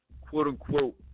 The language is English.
quote-unquote